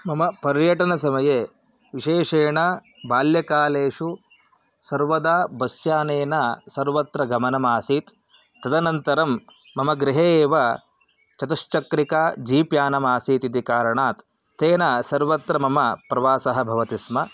मम पर्यटनसमये विशेषेण बाल्यकाले सर्वदा बस् यानेन सर्वत्र गमनमासीत् तदनन्तरं मम गृहे एव चतुश्चक्रिका जीप् यानमासीत् इति कारणात् तेन सर्वत्र मम प्रवासः भवति स्म